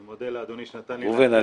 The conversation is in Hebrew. אני מודה לאדוני שנתן לי להקריא --- ראובן,